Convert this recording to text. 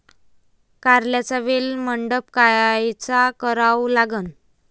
कारल्याचा वेल मंडप कायचा करावा लागन?